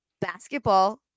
basketball